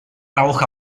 rauch